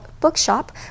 bookshop